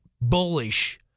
bullish